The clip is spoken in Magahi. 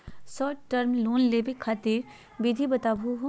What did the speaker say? शार्ट टर्म लोन लेवे खातीर विधि बताहु हो?